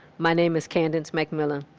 my name is candince mcmillian.